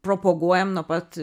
propaguojam nuo pat